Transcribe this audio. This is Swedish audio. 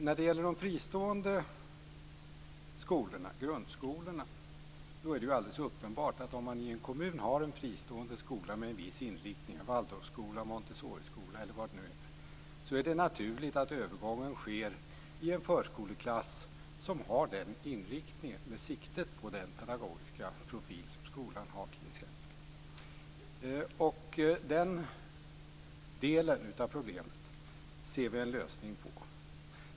När det gäller de fristående grundskolorna är det naturligt att i en kommun som har en fristående skola med en viss inriktning - en Waldorfskola, en Montessoriskola eller vad det nu är fråga om - sker övergången till en förskoleklass med den pedagogiska profil som just den skolan har. Den delen av problemet ser vi en lösning på.